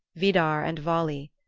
vidar and vali,